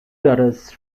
daughters